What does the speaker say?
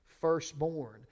firstborn